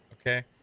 okay